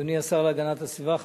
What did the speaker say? אדוני השר להגנת הסביבה,